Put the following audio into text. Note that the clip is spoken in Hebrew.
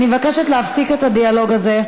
אני מבקשת להפסיק את הדיאלוג הזה.